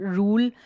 rule